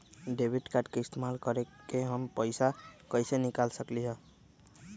Debit card के इस्तेमाल करके हम पैईसा कईसे निकाल सकलि ह?